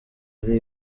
ari